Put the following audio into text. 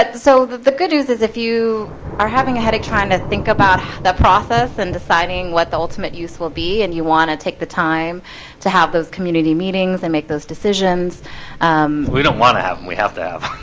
but so the the good news is if you are having a headache trying to think about that process and deciding what the ultimate use will be and you want to take the time to have those community meetings and make those decisions um we don't want to happen and we have to have